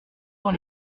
dans